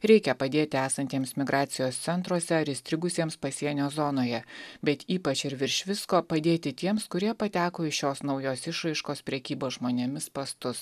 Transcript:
reikia padėti esantiems migracijos centruose ar įstrigusiems pasienio zonoje bet ypač ir virš visko padėti tiems kurie pateko į šios naujos išraiškos prekybos žmonėmis spąstus